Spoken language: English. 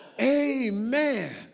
Amen